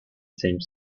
same